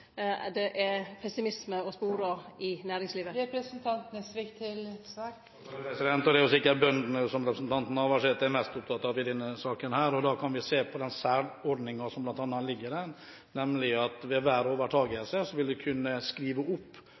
det er pessimisme å spore i næringslivet? Det er sikkert bøndene representanten Navarsete er mest opptatt av i denne saken. Da kan vi bl.a. se på den særordningen som ligger der, nemlig at ved hver overtakelse vil man kunne skrive opp